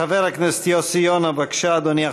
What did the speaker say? חבר הכנסת יוסי יונה, בבקשה, אדוני.